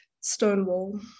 stonewall